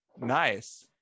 nice